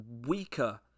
weaker